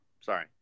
Sorry